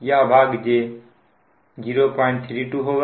यह भाग j032 होगा